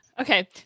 Okay